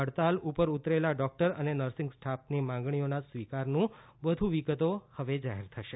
હડતાળ ઉપર ઉતરેલા ડોક્ટર અને નર્સિંગ સ્ટાફની માંગણીઓના સ્વીકારનું વધુ વિગતો હવે જાહેર થશે